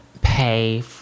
pay